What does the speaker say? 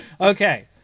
Okay